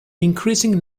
increasing